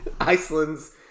Iceland's